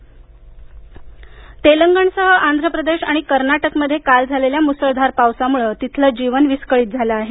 तेलंगण पाऊस तेलंगणसह आंध्र प्रदेश आणि कर्नाटकमध्ये काल झालेल्या मुसळधार पावसामुळं तिथलं जनजीवन विस्कळीत झालं आहे